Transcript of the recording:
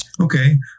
Okay